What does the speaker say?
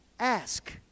Ask